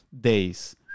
days